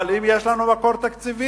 אבל אם יש לנו מקור תקציבי?